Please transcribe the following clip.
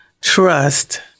trust